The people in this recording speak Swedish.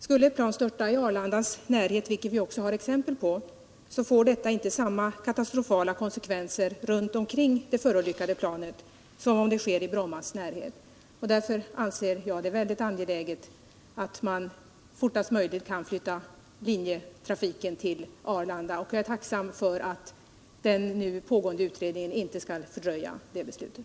Skulle ett plan störta i Arlandas närhet — vilket vi också har exempel på — får detta inte samma katastrofala konsekvenser runt omkring det förolyckade planet som om det sker i Brommas närhet. Därför anser jag det väldigt angeläget att man fortast möjligt kan flytta linjetrafiken till Arlanda. Jag är tacksam för att den nu pågående utredningen inte skall fördröja det beslutet.